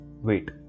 wait